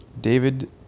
David